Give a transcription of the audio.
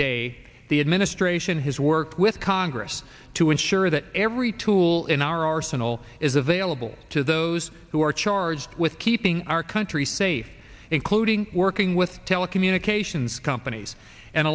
day the administration has worked with congress to ensure that every tool in our arsenal is available to those who are charged with keeping our country safe including working with telecommunications companies and